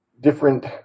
different